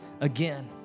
again